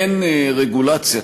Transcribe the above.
אין רגולציה,